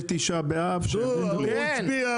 אני יועץ